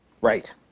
right